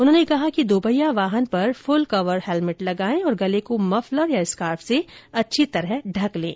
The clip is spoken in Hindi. उन्होंने कहा कि दोपहिया वाहन पर फुल कवर हैलमेट लगाएं और गले को मफलर या स्कार्फ से अच्छी तरह ढंक लें